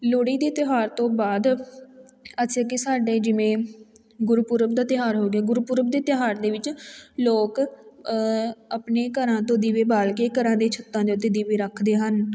ਲੋਹੜੀ ਦੇ ਤਿਉਹਾਰ ਤੋਂ ਬਾਅਦ ਅੱਛਾ ਕਿ ਸਾਡੇ ਜਿਵੇਂ ਗੁਰਪੁਰਬ ਦਾ ਤਿਉਹਾਰ ਹੋ ਗਿਆ ਗੁਰਪੁਰਬ ਦੇ ਤਿਉਹਾਰ ਦੇ ਵਿੱਚ ਲੋਕ ਆਪਣੇ ਘਰਾਂ ਤੋਂ ਦੀਵੇ ਬਾਲ ਕੇ ਘਰਾਂ ਦੇ ਛੱਤਾਂ ਦੇ ਉੱਤੇ ਦੀਵੇ ਰੱਖਦੇ ਹਨ